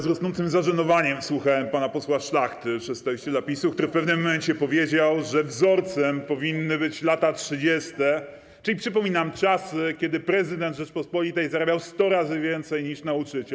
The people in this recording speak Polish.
Z rosnącym zażenowaniem słuchałem pana posła Szlachty, przedstawiciela PiS-u, który w pewnym momencie powiedział, że wzorcem powinny być lata 30., czyli, przypominam, czasy, kiedy prezydent Rzeczypospolitej zarabiał sto razy więcej niż nauczyciel.